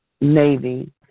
Navy